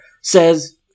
says